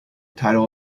title